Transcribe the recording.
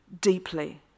deeply